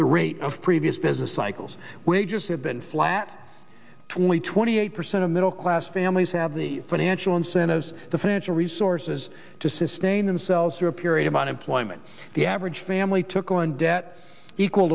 the rate of previous business cycles wages have been flat twenty twenty eight percent of middle class families have the financial incentives the financial resources to sustain themselves through a period of unemployment the average family took on debt equal